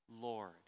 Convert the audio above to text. Lord